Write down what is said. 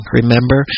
Remember